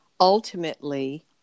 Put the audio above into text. ultimately